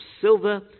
silver